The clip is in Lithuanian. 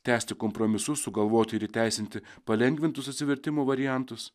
tęsti kompromisus sugalvoti ir įteisinti palengvintus atsivertimo variantus